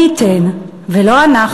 מי ייתן ואנחנו,